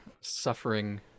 suffering